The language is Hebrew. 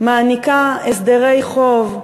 מעניקה הסדרי חוב,